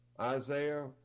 Isaiah